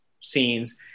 scenes